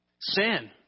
sin